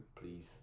please